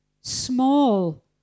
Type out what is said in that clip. Small